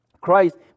Christ